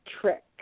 trick